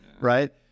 right